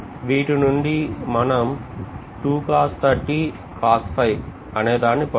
వీటి నుండి మనం అనేదాన్ని పొందగలం